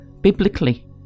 biblically